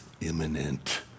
imminent